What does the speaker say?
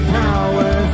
power